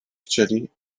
chcieli